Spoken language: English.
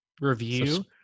review